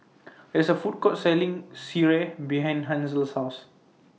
There IS A Food Court Selling Sireh behind Hansel's House